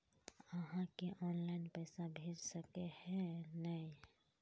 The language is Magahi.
आहाँ के ऑनलाइन पैसा भेज सके है नय?